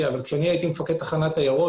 כשהיינו מפקד תחנת עירות,